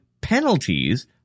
penalties